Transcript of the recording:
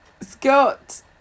Scott